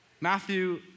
Matthew